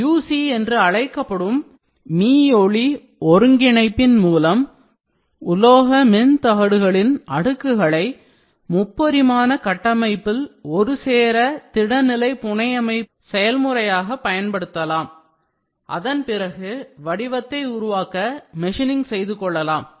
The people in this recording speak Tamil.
UC என்று அழைக்கப்படும் மீயொலி ஒருங்கிணைப்பின் மூலம் உலோக மென்தகடுகளின் அடுக்குகளை முப்பரிமான கட்டமைப்பில் ஒருசேர திட நிலை புனையமைப்பு செயல்முறையாகப் பயன்படுத்தலாம் அதன்பிறகு வடிவத்தை உருவாக்க மெஷினிங் செய்துகொள்ளலாம்